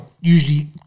usually